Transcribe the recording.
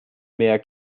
mehr